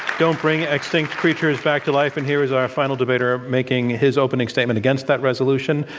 don't bring extinct creatures back to life. and here is our final debater making his opening statement against that resolution,